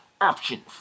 options